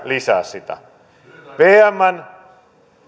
lisää sitä vmn